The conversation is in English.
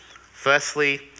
Firstly